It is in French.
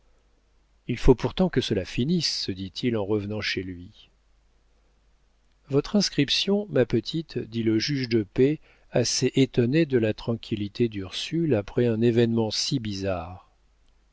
il faut pourtant que cela finisse se dit-il en revenant chez lui votre inscription ma petite dit le juge de paix assez étonné de la tranquillité d'ursule après un événement si bizarre